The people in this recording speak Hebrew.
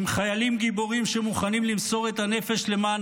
עם חיילים גיבורים שמוכנים למסור את הנפש למען